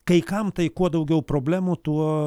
kai kam tai kuo daugiau problemų tuo